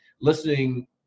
listening